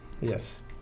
Yes